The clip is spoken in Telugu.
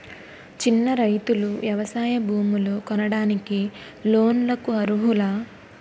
చిన్న రైతులు వ్యవసాయ భూములు కొనడానికి లోన్ లకు అర్హులా?